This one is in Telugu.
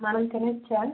మనం తినచ్చా